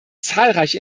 zahlreiche